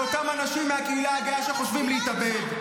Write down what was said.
אז מה יקרה לאותם אנשים מהקהילה הגאה שחושבים להתאבד?